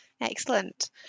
Excellent